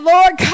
Lord